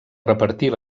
repartir